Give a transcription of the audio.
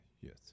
yes